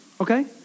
Okay